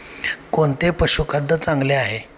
कोणते पशुखाद्य चांगले आहे?